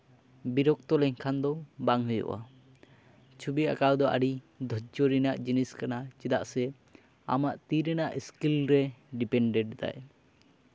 ᱵᱤᱨᱚᱠᱛᱚ ᱞᱮᱱᱠᱷᱟᱱ ᱫᱚ ᱵᱟᱝ ᱦᱩᱭᱩᱜᱼᱟ ᱪᱷᱚᱵᱤ ᱟᱸᱠᱟᱣ ᱫᱚ ᱟᱹᱰᱤ ᱫ ᱫᱷᱳᱨᱡᱚ ᱨᱮᱱᱟᱜ ᱡᱤᱱᱤᱥ ᱠᱟᱱᱟ ᱪᱮᱫᱟᱜ ᱥᱮ ᱟᱢᱱᱟᱜ ᱟᱜ ᱛᱤ ᱨᱮᱱᱟᱜ ᱤᱥᱠᱤᱞ ᱨᱮ ᱰᱤᱯᱮᱱᱰᱮᱰ ᱫᱟᱭ